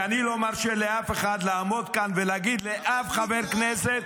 ואני לא מרשה לאף אחד לעמוד כאן ולהגיד לאף חבר כנסת: